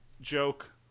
joke